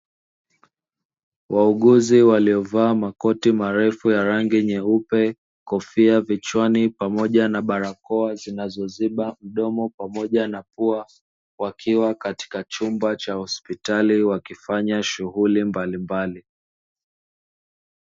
Wauguzi waliovaaa makoti marefu ya rangi nyeupe, kofia vichwani pamoja na barakoa zinazoziba mdomo pamoja na pua; wakiwa katika chumba cha hospitali wakifanya shughuli mbalimbali.